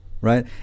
right